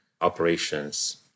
operations